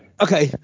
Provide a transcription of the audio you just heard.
Okay